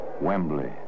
Wembley